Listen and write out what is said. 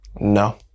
No